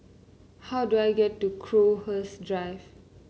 how do I get to Crowhurst Drive